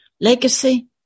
Legacy